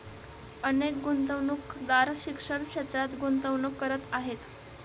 अनेक गुंतवणूकदार शिक्षण क्षेत्रात गुंतवणूक करत आहेत